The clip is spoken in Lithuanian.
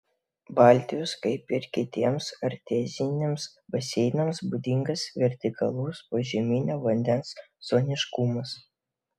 baltijos kaip ir kitiems arteziniams baseinams būdingas vertikalus požeminio vandens zoniškumas